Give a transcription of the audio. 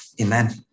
Amen